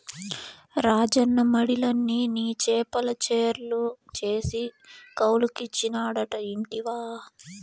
రాజన్న మడిలన్ని నీ చేపల చెర్లు చేసి కౌలుకిచ్చినాడట ఇంటివా